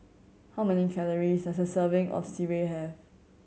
how many calories does a serving of sireh have